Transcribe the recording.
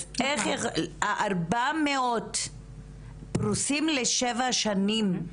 אז איך 400 פרוסים לשבע שנים?